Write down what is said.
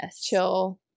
chill